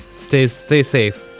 stay stay safe.